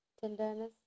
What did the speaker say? tenderness